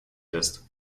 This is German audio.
ist